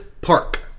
Park